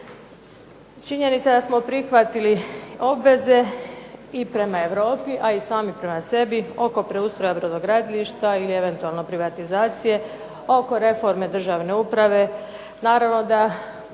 Činjenica je da smo prihvatii obveze i prema Europi, a i sami prema sebi oko preustroja brodogradilišta ili eventualno privatizacije, oko reforme državne uprave, naravno da